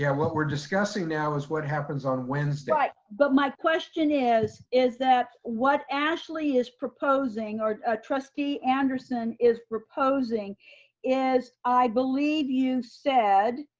yeah what we're discussing now is what happens on wednesday. right, but my question is, is that what ashley is proposing or trustee anderson is proposing is i believe you said,